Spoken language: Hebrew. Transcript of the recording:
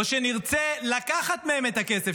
או שנרצה לקחת מהם את הכסף?